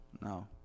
No